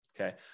okay